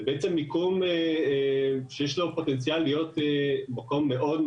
זה בעצם מיקום שיש לו פוטנציאל להיות מקום מושך מאוד,